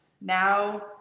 Now